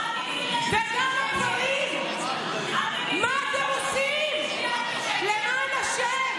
אל תגידי לי, וגם הגברים, מה אתם עושים, למען השם?